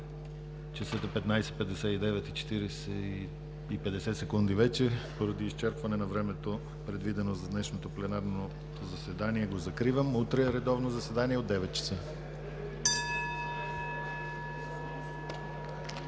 Сега е 15,59 ч. и 50 секунди вече. Поради изчерпване на времето, предвидено за днешното пленарно заседание, го закривам. Утре – редовно заседание, от 9,00 ч.